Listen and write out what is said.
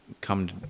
come